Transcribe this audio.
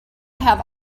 have